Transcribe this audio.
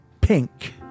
Pink